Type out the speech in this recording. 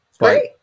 Right